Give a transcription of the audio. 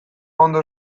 ondo